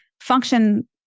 function